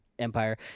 Empire